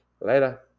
Later